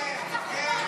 כן כן כן.